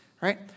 Right